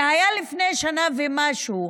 זה היה לפני שנה ומשהו.